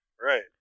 Right